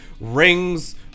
Rings